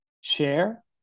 share